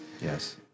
Yes